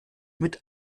mit